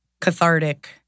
cathartic